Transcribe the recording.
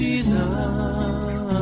Jesus